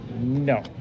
No